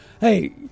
Hey